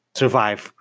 survive